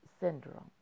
syndrome